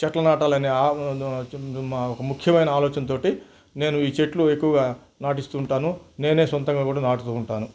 చెట్లు నాటాలని ఒక ముఖ్యమైన ఆలోచనతోటి నేను ఈ చెట్లు ఎక్కువగా నాటిస్తూ ఉంటాను నేనే సొంతంగా కూడా నాటుతూ ఉంటాను